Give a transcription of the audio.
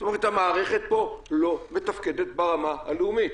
רואים שהמערכת פה לא מתפקדת ברמה הלאומית.